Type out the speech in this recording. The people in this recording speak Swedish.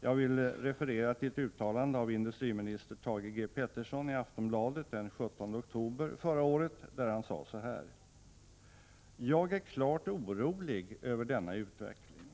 Jag vill referera till ett uttalande av industriminister Thage G. Peterson i Aftonbladet den 17 oktober förra året: ”Jag är klart orolig över denna utveckling.